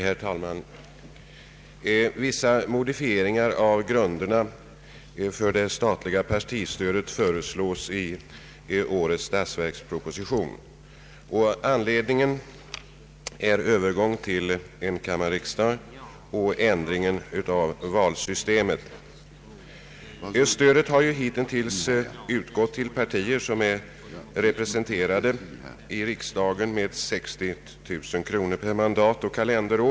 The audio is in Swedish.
Herr talman! Vissa modifieringar av grunderna för det statliga partistödet föreslås i årets statsverksproposition. Anledningen härtill är övergången till enkammarriksdag och ändringen av valsystemet. Stödet har hittills utgått till parti, som är representerat i riksdagen, med 60 000 kronor per mandat och kalenderår.